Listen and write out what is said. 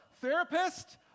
therapist